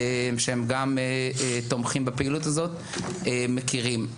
שהם גם תומכים בפעילות הזאת מכירים.